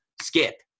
skip